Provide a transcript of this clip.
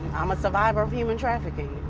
i'm a survivor of human trafficking.